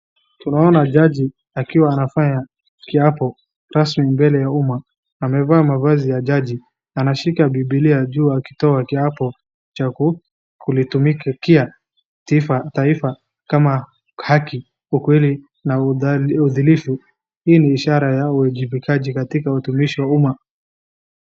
tunaona jaji akiwa anafanya kiapo rasmi mbele ya umma amevaa mavazi ya jaji ameshika bibilia juu akitoa kiapo cha kulitumikia taifa kama haki , ukweli na uadhilifu hii ni ishara ya uwajibikaji katika utumishii wa umma